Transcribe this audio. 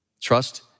Trust